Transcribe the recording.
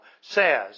says